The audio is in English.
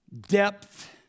Depth